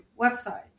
website